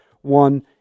One